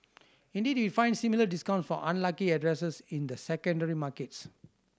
indeed we find similar discount for unlucky addresses in the secondary markets